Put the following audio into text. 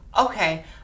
Okay